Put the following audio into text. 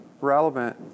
Relevant